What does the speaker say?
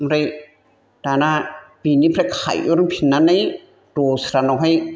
ओमफ्राय दाना बिनिफ्राय खायनफिननानै दस्रानावहाय